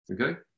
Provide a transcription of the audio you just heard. Okay